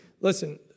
listen